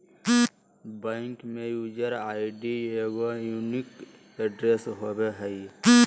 bank में user ID एगो unique address होबो हइ